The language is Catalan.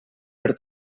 per